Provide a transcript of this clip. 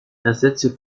ersetze